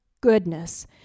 goodness